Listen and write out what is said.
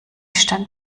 stand